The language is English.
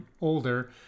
older